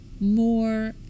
More